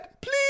please